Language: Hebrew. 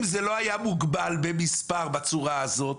אם זה לא היה מוגבל במספר בצורה הזאת,